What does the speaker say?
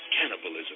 Cannibalism